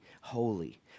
Holy